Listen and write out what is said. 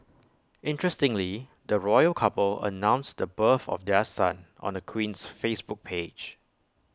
interestingly the royal couple announced the birth of their son on the Queen's Facebook page